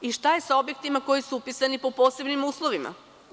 I, šta je sa objektima koji su upisani po posebnim uslovima?